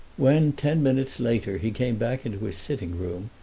when ten minutes later he came back into his sitting-room,